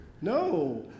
No